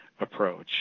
approach